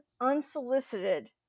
unsolicited